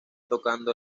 tocando